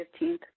15th